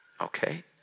Okay